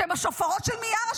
שהם השופרות של מיארה,